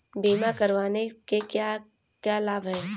बीमा करवाने के क्या क्या लाभ हैं?